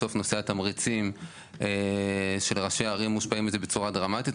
בסוף נושא התמריצים של ראשי הערים מושפעים מזה בצורה דרמטית.